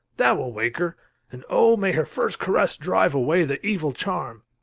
that will wake her and oh, may her first caress drive away the evil charm!